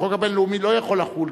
החוק הבין-לאומי לא יכול לחול,